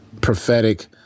prophetic